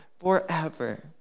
forever